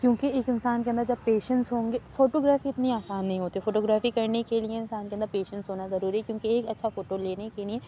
کیوں کہ ایک انسان کے اندر جب پیشنس ہوں گے فوٹو گرافی اتنی آسان نہیں ہوتی فوٹو گرافی کرنے کے لیے انسان کے اندر پیشنس ہونا ضروری ہے کیوں کہ ایک اچھا فوٹو لینے کے لیے